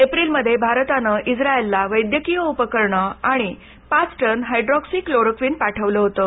एप्रिलमध्ये भारतानं इस्रायल ला वैद्यकीय उपकरणं आणि पांच टन हायड्रोक्सीक्लोरोक्वीन पाठवलं होतं